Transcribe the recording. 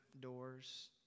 doors